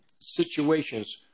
situations